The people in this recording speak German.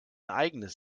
eigenes